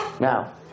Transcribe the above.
Now